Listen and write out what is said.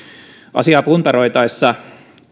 asiaa puntaroitaessa